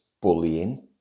bullying